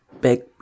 big